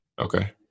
Okay